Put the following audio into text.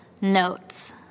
notes